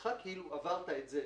אותך כאילו עברת את זה